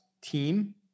team